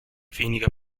weniger